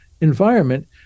environment